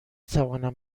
توانم